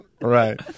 Right